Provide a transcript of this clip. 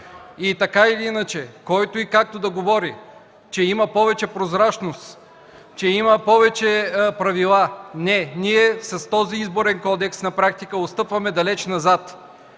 Така или иначе, който и както да говори, че има повече прозрачност, че има повече правила – не, ние с този Изборен кодекс на практика отстъпваме далеч назад.